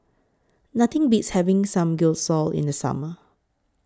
Nothing Beats having Samgyeopsal in The Summer